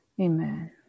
amen